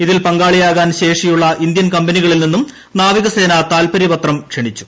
ഇതിനാൽ പങ്കാളിയാകാൻ ശേഷിയുള്ള ഇന്ത്യൻ കമ്പനികളിൽ നിന്നും നാവിക സേന താൽപര്യപത്രം ക്ഷണിച്ചു